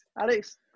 Alex